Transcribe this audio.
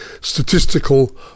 statistical